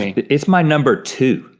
it's my number two.